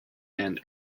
and